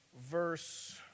verse